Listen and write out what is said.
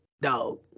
dog